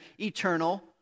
eternal